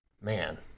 Man